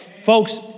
Folks